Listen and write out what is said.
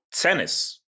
Tennis